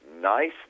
nice